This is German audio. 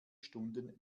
stunden